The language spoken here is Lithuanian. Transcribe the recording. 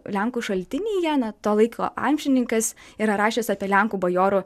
lenkų šaltinyje na to laiko amžininkas yra rašęs apie lenkų bajorų